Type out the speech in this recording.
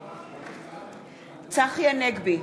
בעד צחי הנגבי,